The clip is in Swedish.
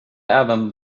även